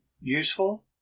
Useful